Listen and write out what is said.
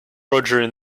roger